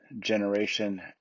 generation